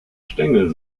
stängel